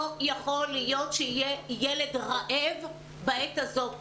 לא יכול להיות שיהיה ילד רעב בעת הזאת ובכלל.